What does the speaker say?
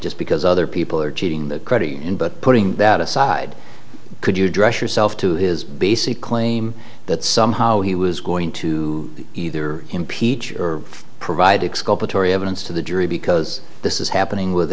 just because other people are cheating the credit union but putting that aside could you address yourself to his basic claim that somehow he was going to either impeach or provide evidence to the jury because this is happening with